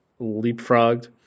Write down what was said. leapfrogged